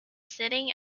sitting